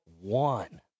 one